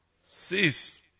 Six